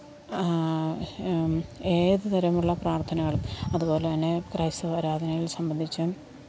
ഏതുതരമുള്ള പ്രാർത്ഥനകളും അതുപോലെ തന്നെ ക്രൈസ്തവ ആരാധനയിൽ സംബന്ധിച്ചും